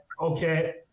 okay